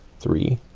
three